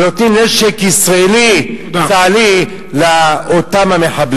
ומצד שני נותנים נשק ישראלי צה"לי לאותם המחבלים.